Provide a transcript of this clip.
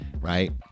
right